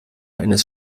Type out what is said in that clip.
eines